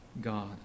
God